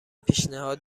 پیشنهاد